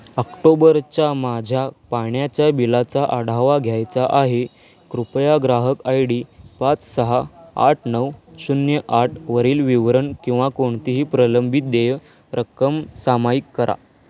ऑक्टोबरच्या माझ्या पाण्याच्या बिलाचा आढावा घ्यायचा आहे कृपया ग्राहक आय डी पाच सहा आठ नऊ शून्य आठ वरील विवरण किंवा कोणतीही प्रलंबित देय रक्कम सामायिक करा